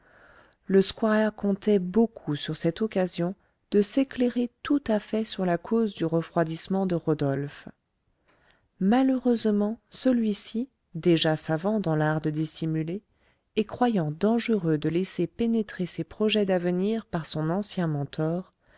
le squire comptait beaucoup sur cette occasion de s'éclairer tout à fait sur la cause du refroidissement de rodolphe malheureusement celui-ci déjà savant dans l'art de dissimuler et croyant dangereux de laisser pénétrer ses projets d'avenir par son ancien mentor